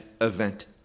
event